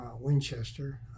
Winchester